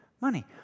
money